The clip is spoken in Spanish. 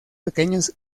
pequeños